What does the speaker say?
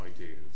ideas